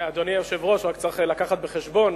אדוני היושב-ראש, רק צריך לקחת בחשבון